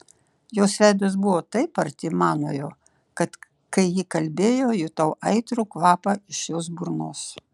jos veidas buvo taip arti manojo kad kai ji kalbėjo jutau aitrų kvapą iš jos burnos